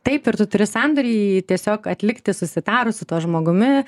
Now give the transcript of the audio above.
taip ir tu turi sandorį tiesiog atlikti susitarus su tuo žmogumi